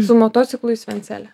su motociklu į svencelę